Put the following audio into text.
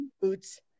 boots